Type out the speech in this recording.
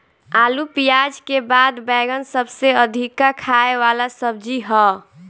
आलू पियाज के बाद बैगन सबसे अधिका खाए वाला सब्जी हअ